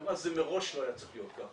היא אמרה שמראש זה לא היה צריך להיות ככה,